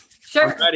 Sure